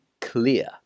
clear